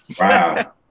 Wow